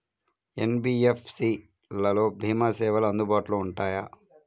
NBFC లలో భీమా సేవలు అందుబాటులో ఉంటాయా?